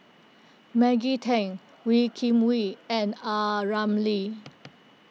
Maggie Teng Wee Kim Wee and A Ramli